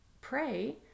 pray